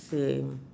same